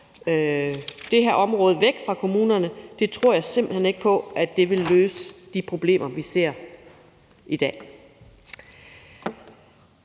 det her område væk fra kommunerne, tror jeg simpelt hen ikke på vil løse de problemer, vi ser i dag.